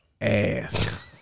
ass